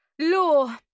Law